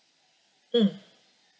mm